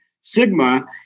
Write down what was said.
sigma